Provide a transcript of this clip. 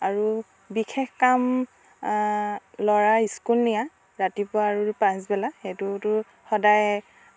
আৰু বিশেষ কাম ল'ৰা স্কুল নিয়া ৰাতিপুৱা আৰু পাছবেলা সেইটোতো সদায়